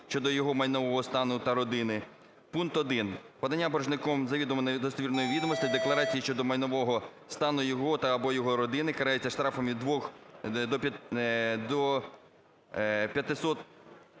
щодо його майнового стану та родини. Пункт 1: Подання боржником завідомо недостовірних відомостей у декларації щодо майнового стану його та/або його родини карається штрафом від 2 500 до